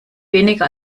weniger